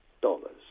dollars